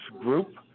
group